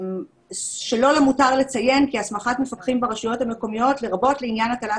שלא למותר לציין שהסמכת מפקחים ברשויות המקומיות לרבות לעניין הטלת